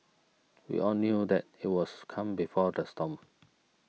we all knew that it was calm before the storm